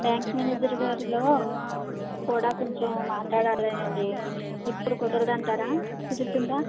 bank manager గారితో కూడా కొంచెం మాట్లాడాలి అండి ఇప్పుడు కుదరదు అంటారా కుదురుతుందా